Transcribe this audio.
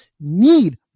need